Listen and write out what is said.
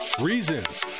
Reasons